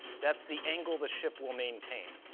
that's the angle the ship will maintain.